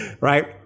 Right